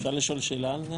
אפשר לשאול שאלה על זה?